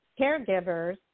caregivers